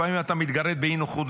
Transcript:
לפעמים אתה מתגרד באי-נוחות,